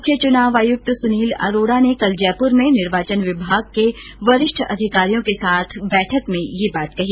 मुख्य चुनाव आयुक्त सुनील अरोड़ा ने कल जयपुर में निर्वाचन विभाग के वरिष्ठ अधिकारियों को साथ बैठक में ये बात कही